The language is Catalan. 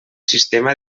sistema